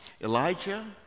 Elijah